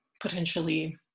potentially